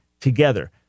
together